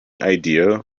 idea